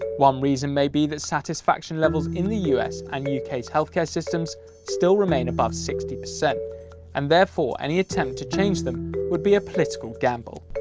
one reason may be that satisfaction levels in the u s. and u u k s health care systems still remain above sixty percent and therefore any attempt to change them would be a political gamble.